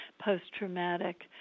post-traumatic